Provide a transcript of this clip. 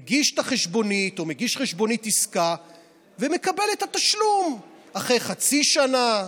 מגיש את החשבונית או מגיש חשבונית עסקה ומקבל את התשלום אחרי חצי שנה,